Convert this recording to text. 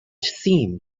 seemed